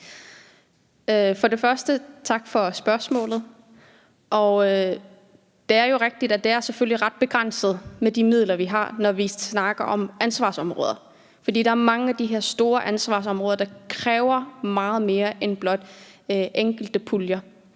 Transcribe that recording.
vil jeg sige tak for spørgsmålet. Det er jo rigtigt, at det selvfølgelig er ret begrænset med de midler, vi har, når vi snakker om ansvarsområder. For der er mange af de her store ansvarsområde, der kræver meget mere end blot enkelte pulje.